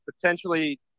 potentially